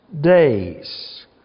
days